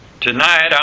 tonight